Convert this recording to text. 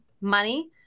money